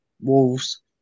Wolves